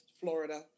Florida